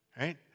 Right